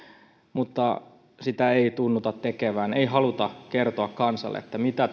mutta sitä ei tunnuta tekevän ei haluta kertoa kansalle mitä